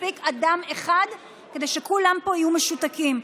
מספיק אדם אחד כדי שכולם פה יהיו משותקים,